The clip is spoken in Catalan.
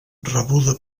rebuda